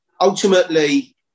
ultimately